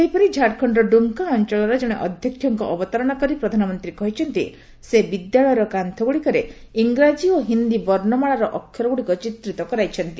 ସେହିପରି ଝାଡ଼ଖଣର ଡୁମ୍କା ଅଞ୍ଚଳର କଣେ ଅଧ୍ୟକ୍ଷକଙ୍କ ଅବତାରଣା କରି ପ୍ରଧାନମନ୍ତ୍ରୀ କହିଛନ୍ତି ସେ ବିଦ୍ୟାଳୟର କାନ୍ତୁଗୁଡ଼ିକରେ ଇଂରାଜୀ ଓ ହିନ୍ଦୀ ବର୍ଷମାଳାର ଅକ୍ଷରଗୁଡ଼ିକ ଚିତ୍ରିତ କରାଇଛନ୍ତି